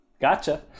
Gotcha